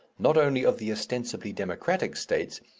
not only of the ostensibly democratic states,